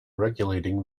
regulating